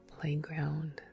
playground